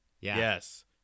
yes